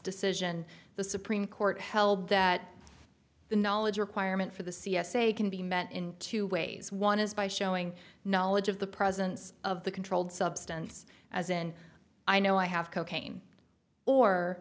decision the supreme court held that the knowledge requirement for the c s a can be met in two ways one is by showing knowledge of the presence of the controlled substance as in i know i have cocaine or